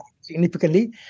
significantly